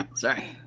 sorry